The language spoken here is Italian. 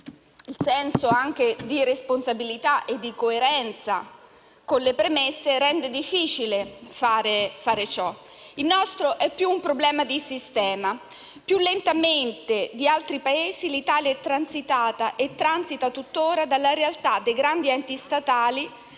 il senso di responsabilità e di coerenza con le premesse rende difficile fare ciò. Il nostro è più un problema di sistema. Più lentamente di altri Paesi l'Italia è transitata e transita tuttora dalla realtà dei grandi enti statali